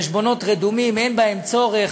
חשבונות רדומים, אין בהם צורך,